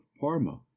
parma